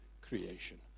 creation